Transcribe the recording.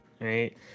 right